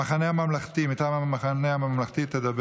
מטעם המחנה הממלכתי תדבר